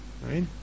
Right